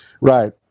Right